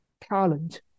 talent